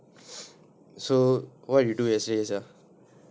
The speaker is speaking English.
so what do you do yesterday sia